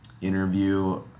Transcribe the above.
interview